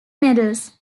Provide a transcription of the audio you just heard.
medals